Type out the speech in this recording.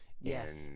Yes